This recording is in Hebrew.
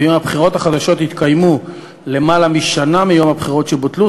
ואם הבחירות החדשות יתקיימו למעלה משנה מיום הבחירות שבוטלו,